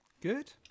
good